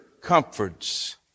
comforts